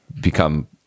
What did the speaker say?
become